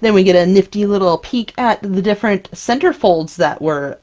then we get a nifty little peek at the different centerfolds that were